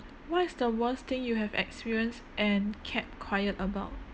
what is the worst thing you have experience and kept quiet about